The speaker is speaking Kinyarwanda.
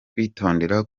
kwitondera